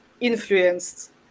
influenced